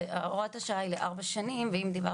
אז הוראת השעה היא לארבע שנים, אז בגלל